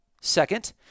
second